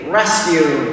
rescue